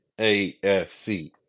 AFC